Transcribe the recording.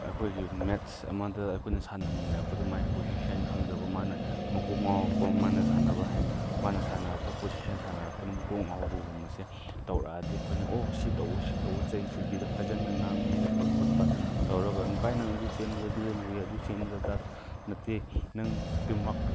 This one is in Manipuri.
ꯑꯩꯈꯣꯏꯒꯤ ꯃꯦꯠꯁ ꯑꯃꯗ ꯑꯩꯈꯣꯏꯅ ꯁꯥꯟꯅꯃꯤꯅꯔꯛꯄꯗ ꯃꯥꯏ ꯄꯣꯖꯤꯁꯟ ꯈꯪꯗꯕ ꯃꯥꯅ ꯃꯀꯣꯛ ꯉꯥꯎꯔꯛꯄ ꯃꯥꯅ ꯁꯥꯟꯅꯕꯗ ꯄꯣꯁꯤꯁꯟ ꯁꯥꯟꯅꯔꯛꯄꯅ ꯃꯀꯣꯛ ꯉꯥꯎꯕꯒꯨꯝꯕꯁꯦ ꯇꯧꯔꯛꯑꯗꯤ ꯑꯩꯈꯣꯏꯅ ꯑꯣ ꯁꯤꯇꯧꯑꯣ ꯁꯤꯇꯧꯑꯣ ꯆꯩꯗꯕꯤꯗ ꯐꯖꯅ ꯉꯥꯡꯕꯤꯔꯒ ꯈꯣꯠꯄ ꯇꯧꯔꯒ ꯚꯥꯏ ꯅꯪ ꯑꯗꯨ ꯆꯦꯟꯕꯗ ꯑꯗꯨꯗꯣ ꯂꯨꯏꯌꯦ ꯑꯗꯨ ꯆꯦꯟꯕꯗ ꯑꯗꯥ ꯅꯠꯇꯦ ꯅꯪ ꯇꯤꯝꯋꯥꯔꯛ